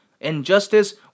Injustice